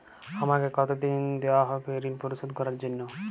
আমাকে কতদিন দেওয়া হবে ৠণ পরিশোধ করার জন্য?